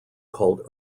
called